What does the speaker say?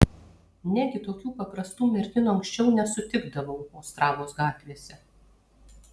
negi tokių paprastų merginų anksčiau nesutikdavau ostravos gatvėse